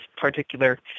particular